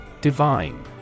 Divine